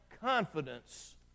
confidence